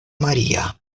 maria